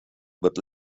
wird